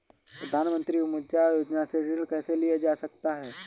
प्रधानमंत्री मुद्रा योजना से ऋण कैसे लिया जा सकता है?